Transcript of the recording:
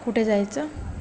कुठे जायचं